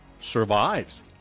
Survives